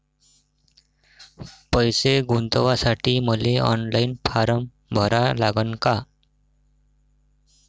पैसे गुंतवासाठी मले ऑनलाईन फारम भरा लागन का?